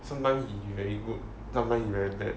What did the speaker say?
sometime he very good sometime he very bad